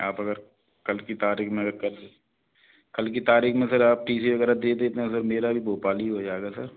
आप अगर कल की तारीख़ में अगर कल कल की तारीख़ में सर आप टी सी वगैरह दे देते हैं सर मेरा भी भोपाल ही हो जाएगा सर